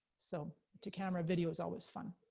so, to-camera video is always fun.